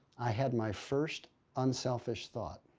i had my first unselfish thought,